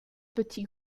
petit